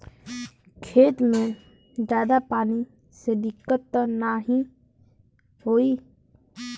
खेत में ज्यादा पानी से दिक्कत त नाही होई?